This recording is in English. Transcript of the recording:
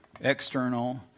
external